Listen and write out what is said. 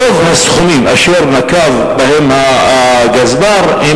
רוב הסכומים אשר נקב בהם הגזבר הם